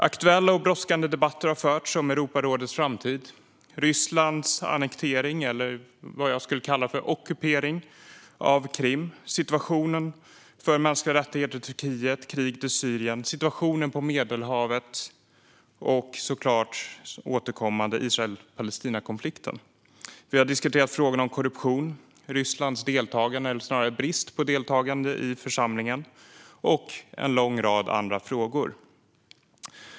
Aktuella och brådskande debatter har förts om Europarådets framtid, Rysslands annektering, eller vad jag skulle kalla för ockupation, av Krim, situationen för mänskliga rättigheter i Turkiet, kriget i Syrien, situationen på Medelhavet och såklart den återkommande Israel-Palestina-konflikten. Vi har diskuterat frågan om korruption och Rysslands deltagande, eller snarare brist på deltagande, i församlingen och en lång andra frågor.